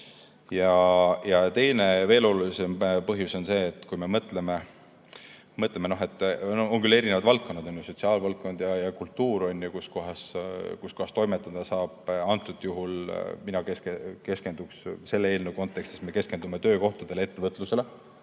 Ja teine, veel olulisem põhjus on see. Kui me mõtleme, et on küll erinevad valdkonnad, on sotsiaalvaldkond ja on kultuur, kus toimetada saab – antud juhul mina keskenduksin selle eelnõu kontekstis töökohtadele ja ettevõtlusele,